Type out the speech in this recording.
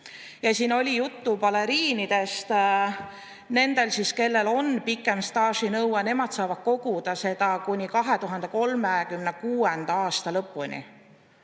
Siin oli juttu baleriinidest. Need, kellel on pikem staažinõue, saavad koguda seda kuni 2036. aasta lõpuni.